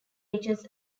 reaches